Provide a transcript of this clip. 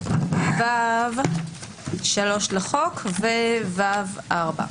(ו)(3)(א) ו-(ב).